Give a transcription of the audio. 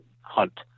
hunt